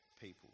people